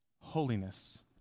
holiness